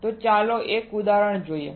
તો ચાલો એક ઉદાહરણ જોઈએ